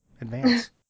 Advance